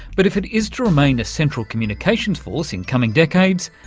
but if it is to remain a central communications force in coming decades,